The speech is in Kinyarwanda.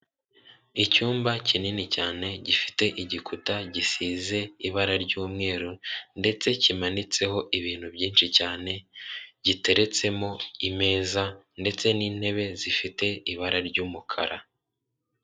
Icyumba kinini cyane gifite igikuta gisize ibara ry'umweru ndetse kimanitseho ibintu byinshi cyane giteretsemo imeza ndetse n'intebe zifite ibara ry'umukara.